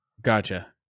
Gotcha